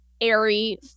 airy